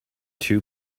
two